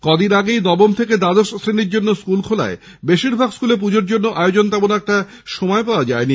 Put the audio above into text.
কদিন আগেই নবম থেকে দ্বাদশ শ্রেণীর জন্য স্কুল খোলায় বেশিরভাগ স্কুলে পুজোর আয়োজনের তেমন একটা সময় পাওয়া যায়নি